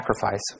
sacrifice